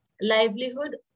livelihood